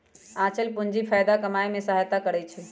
आंचल पूंजी फयदा कमाय में सहयता करइ छै